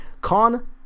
Con